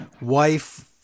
wife